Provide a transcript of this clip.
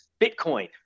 Bitcoin